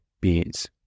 beings